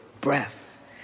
breath